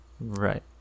Right